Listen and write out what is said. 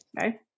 Okay